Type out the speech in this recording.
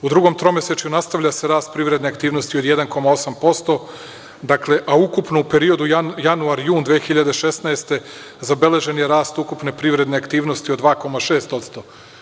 U drugom tromesečju nastavlja se rast privredne aktivnosti od 1,8%, dakle, ukupno u periodu januar-jun 2016. godine, zabeležen je rast ukupne privredne aktivnosti od 2,6%